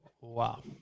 Wow